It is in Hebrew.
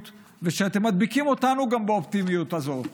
ושאתם מדביקים גם אותנו באופטימיות הזאת,